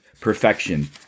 perfection